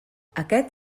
aquest